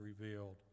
revealed